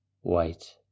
white